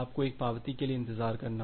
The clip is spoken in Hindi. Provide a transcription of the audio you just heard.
आपको एक पावती के लिए इंतजार करना होगा